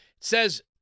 says